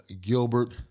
Gilbert